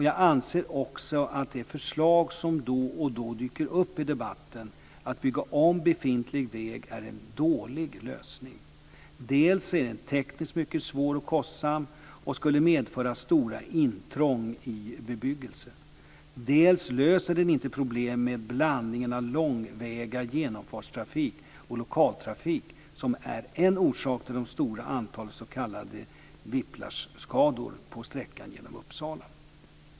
Jag anser också att det förslag som då och då dyker upp i debatten, att bygga om befintlig väg, är en dålig lösning. Dels är den tekniskt mycket svår och kostsam och skulle medföra stora intrång i bebyggelsen, dels löser den inte problem med blandningen av långväga genomfartstrafik och lokaltrafik, som är en orsak till det stora antalet s.k. whiplash-skador på sträckan genom Uppsala.